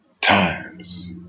times